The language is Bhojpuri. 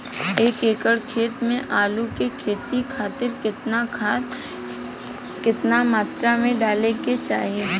एक एकड़ खेत मे आलू के खेती खातिर केतना खाद केतना मात्रा मे डाले के चाही?